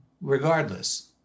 regardless